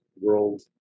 world